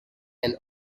and